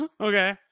Okay